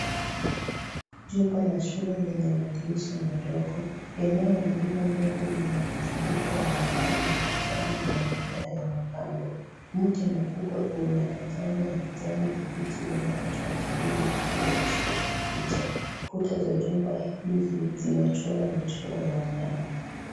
Jumba la shule lenye madirisha madogo, eneo lililo mbele lina mzunguko wa majani wa kijani na mimea yanapandwa, mti mkubwa una majani ya kijani kibichi unatoa kivuli upande wa kushoto kwa picha, kuta za jumba hili zimechorwa michoro ya wanyama